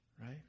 right